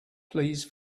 please